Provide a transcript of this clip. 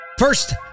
First